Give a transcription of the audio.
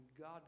God